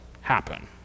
happen